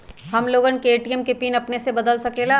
हम लोगन ए.टी.एम के पिन अपने से बदल सकेला?